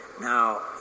Now